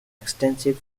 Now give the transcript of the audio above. extensive